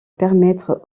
permettre